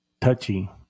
touchy